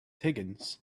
higgins